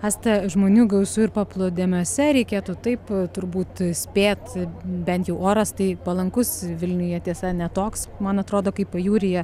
asta žmonių gausu ir paplūdimiuose reikėtų taip turbūt spėt bent jau oras tai palankus vilniuje tiesa ne toks man atrodo kaip pajūryje